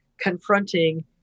confronting